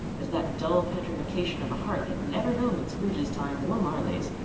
as that dull petrification of a hearth had never known in scrooge's time, or marley's,